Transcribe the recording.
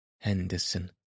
Henderson